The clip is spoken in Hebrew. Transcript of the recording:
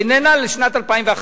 היא איננה לשנת 2011,